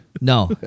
No